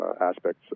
aspects